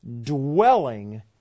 dwelling